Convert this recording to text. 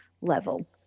level